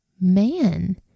man